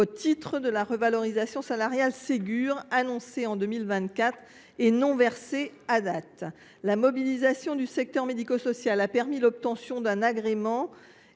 au titre des revalorisations salariales Ségur annoncées en 2024 et non versées à date. La mobilisation du secteur médico social a permis l’obtention d’un agrément